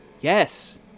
Yes